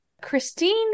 Christine